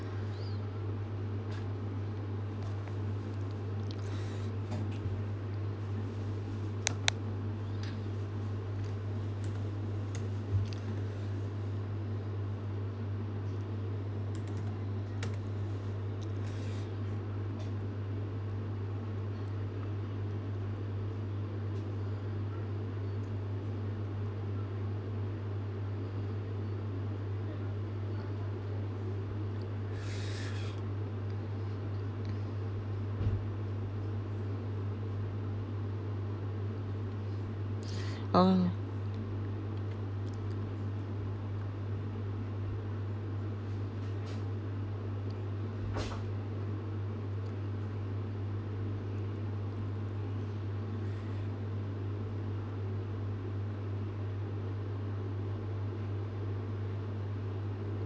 oh